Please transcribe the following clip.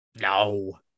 No